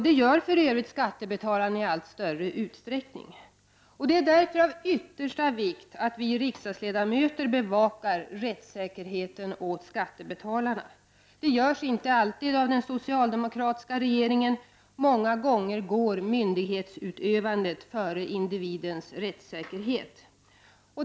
Det gör för övrigt skattebetalarna i allt större utsträckning. Det är därför av yttersta vikt att vi riksdagsledamöter bevakar rättssäkerheten åt skattebetalarna. Det görs inte alltid av den socialdemokratiska regeringen. Många gånger går myndighetsutövandet före individens rättssäkerhet.